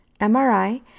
MRI